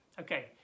okay